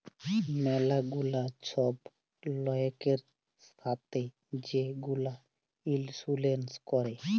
ম্যালা গুলা ছব লয়কের ছাথে যে গুলা ইলসুরেল্স ক্যরে